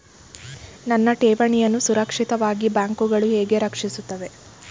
ನನ್ನ ಠೇವಣಿಯನ್ನು ಸುರಕ್ಷಿತವಾಗಿ ಬ್ಯಾಂಕುಗಳು ಹೇಗೆ ರಕ್ಷಿಸುತ್ತವೆ?